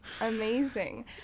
amazing